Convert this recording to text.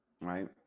right